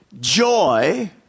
joy